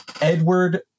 Edward